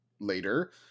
later